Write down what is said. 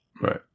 Right